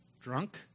drunk